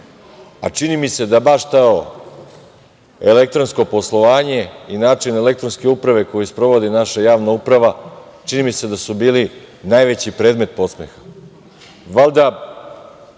a čini mi se da baš to elektronsko poslovanje i način elektronske uprave koji sprovodi naša javna uprava čini mi se da su bili najveći predmet podsmeha